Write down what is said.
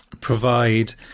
provide